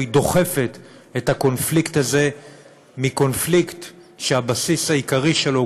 היא דוחפת את הקונפליקט הזה מקונפליקט שהבסיס העיקרי שלו הוא